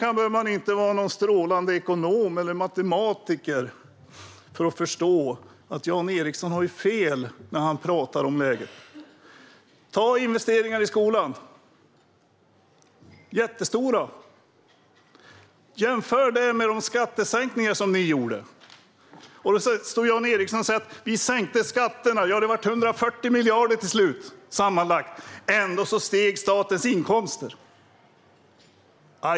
Man behöver inte vara en strålande ekonom eller matematiker för att förstå att Jan Ericson har fel när han talar om läget. Ta investeringarna i skolan! De är jättestora. Jämför dem med de skattesänkningar man gjorde! Jan Ericson säger: Vi sänkte skatterna med sammanlagt 140 miljarder, och ändå steg statens inkomster.